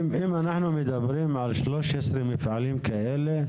אם אנחנו מדברים על 13 מפעלים כאלה,